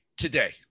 Today